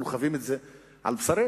אנחנו חווים את זה על בשרנו.